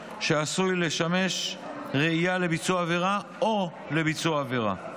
שעשוי לשמש ראיה לביצוע עבירה או לביצוע עבירה.